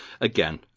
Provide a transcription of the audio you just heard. again